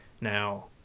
now